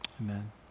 Amen